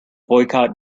boycott